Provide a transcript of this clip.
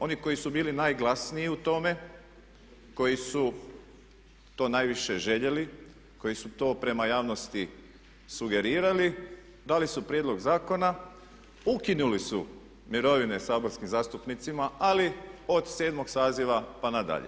Oni koji su bili najglasniji u tome, koji su to najviše željeli, koji su to prema javnosti sugerirali dali su prijedlog zakona, ukinuli su mirovine saborskim zastupnicima ali od 7. saziva pa nadalje.